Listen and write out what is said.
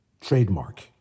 trademark